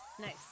Nice